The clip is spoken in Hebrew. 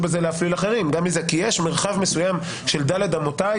בזה להפליל אחרים כי יש מרחב מסוים של ד' אמותיי